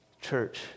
Church